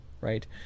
Right